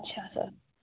अच्छा सर